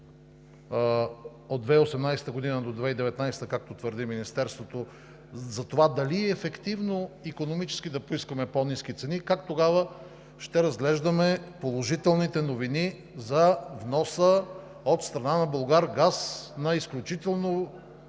от 2018-а до 2019 г., както твърди Министерството, за това дали е ефективно икономически да поискаме по-ниски цени, как тогава ще разглеждаме положителните новини за вноса от страна на Булгаргаз на изключително